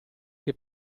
che